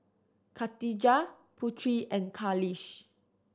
Katijah Putri and Khalish